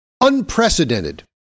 unprecedented